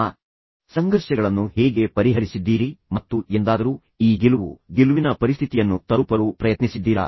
ನೀವು ಸಂಘರ್ಷಗಳನ್ನು ಹೇಗೆ ಪರಿಹರಿಸಿದ್ದೀರಿ ಮತ್ತು ನಂತರ ನೀವು ಎಂದಾದರೂ ಸಹಕರಿಸಿ ಈ ಗೆಲುವು ಗೆಲುವಿನ ಪರಿಸ್ಥಿತಿಯನ್ನು ತಲುಪಲು ಪ್ರಯತ್ನಿಸಿದ್ದೀರಾ